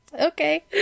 Okay